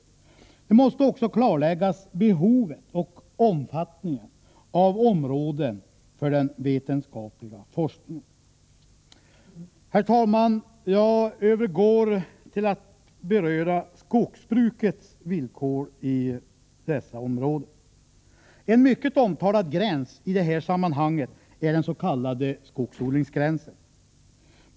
Vidare måste man klarlägga behovet och omfattningen av områden för den vetenskapliga forskningen. Herr talman! Jag övergår nu till att beröra skogsbrukets villkor i dessa områden. En mycket omtalad gräns i detta sammanhang är den s.k. skogsodlingsgränsen.